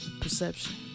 perception